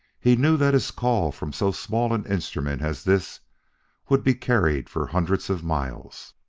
he knew that his call from so small an instrument as this would be carried for hundreds of miles.